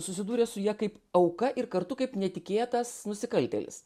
susidūrė su ja kaip auka ir kartu kaip netikėtas nusikaltėlis